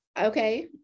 okay